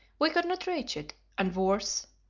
we could not reach it and worse,